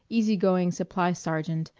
easy-going supply-sergeant,